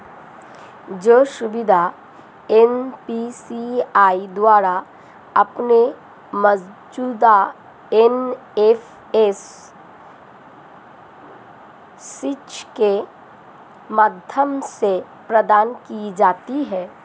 यह सुविधा एन.पी.सी.आई द्वारा अपने मौजूदा एन.एफ.एस स्विच के माध्यम से प्रदान की जाती है